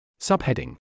Subheading